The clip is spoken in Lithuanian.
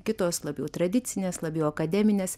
kitos labiau tradicinės labiau akademinės